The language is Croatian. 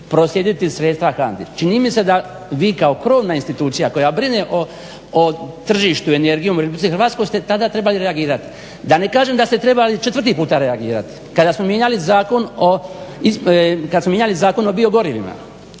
proslijediti sredstva HANDA-i. Čini mi se da vi kao krovna institucija koja brine o tržištu energijom u RH ste tada trebali reagirati, da ne kažem da ste trebali četvrti puta reagirali kada smo mijenjali Zakon o bio gorivima